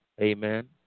Amen